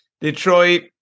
Detroit